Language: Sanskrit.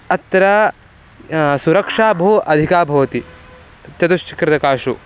अत्र सुरक्षा बहु अधिका भवति चतुश्चक्रिकासु